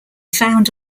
found